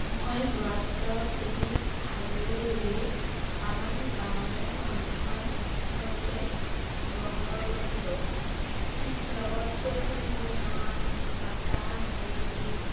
মই যোৱা বছৰত পিকনিক খাবলৈ বুলি আমাৰ গাঁৱৰে মানুহৰ সৈতে শিৱসাগৰ গৈছিলোঁ লগত গৈছিল মোৰ মা পাপা ভাইটি